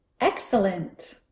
Excellent